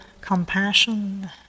compassion